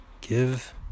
Give